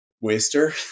waster